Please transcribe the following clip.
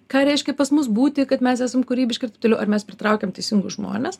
ką reiškia pas mus būti kad mes esam kūrybiški ir taip toliau ar mes pritraukiam teisingus žmones